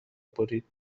برید